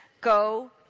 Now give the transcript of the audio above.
go